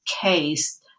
case